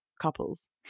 couples